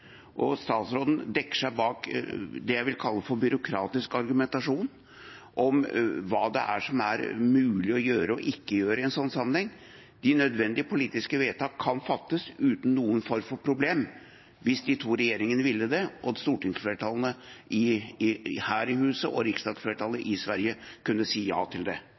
Statsråden dekker seg bak det jeg vil kalle for byråkratisk argumentasjon om hva det er som er mulig å gjøre og ikke gjøre i en sånn sammenheng. De nødvendige politiske vedtak kan fattes uten noen form for problem. Hvis de to regjeringene ville det, og stortingsflertallet her i huset og riksdagsflertallet i Sverige kunne si ja til det,